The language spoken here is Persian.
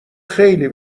خیلی